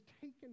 taken